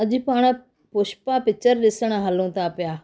अॼु पाण पुष्पा पिचर ॾिसण हलूं था पिया